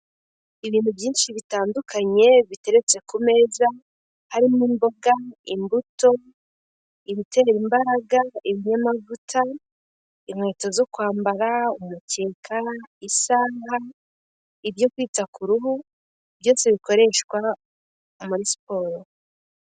Ibintu byinshi bitandukanye, biteretse ku meza, harimo imboga, imbuto, ibitera imbaraga, ibinyamavuta, inkweto zo kwambara, umukeka, isaha, ibyo kwita ku uruhu, byose bikoreshwa, muri siporo.